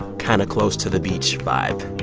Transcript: kind of close-to-the-beach vibe